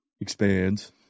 Expands